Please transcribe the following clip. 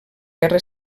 guerra